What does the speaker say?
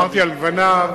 אמרתי "על גווניו",